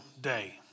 day